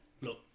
Look